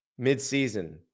midseason